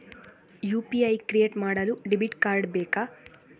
UPI create ಮಾಡಲು debit card ಬೇಕಾ?